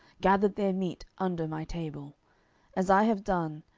gathered their meat under my table as i have done,